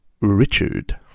Richard